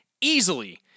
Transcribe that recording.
easily